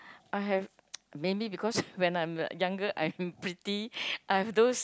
I have mainly because when I was younger I was pretty I've those